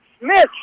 Smith